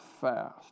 fast